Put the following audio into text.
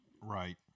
Right